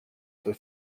for